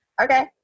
Okay